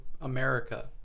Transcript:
America